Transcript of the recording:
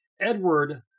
Edward